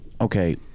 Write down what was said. okay